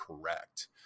correct